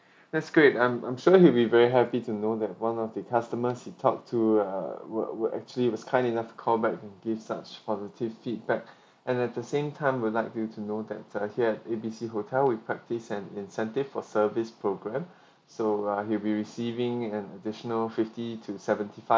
that's great I'm I'm sure he will be very happy to know that one of the customers he talked to uh were were actually was kind enough called back to give such positive feedback and at the same time we'll like you to know that the here at A B C hotel we practice an incentive for service program so ah he'll be receiving an additional fifty to seventy five